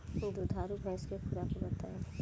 दुधारू भैंस के खुराक बताई?